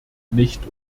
nicht